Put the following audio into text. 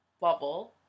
Bubble